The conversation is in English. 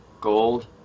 gold